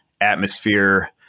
atmosphere